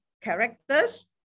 characters